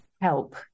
help